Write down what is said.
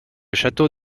château